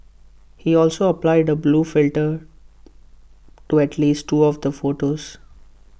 he also applied A blue filter to at least two of the photos